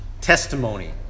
testimony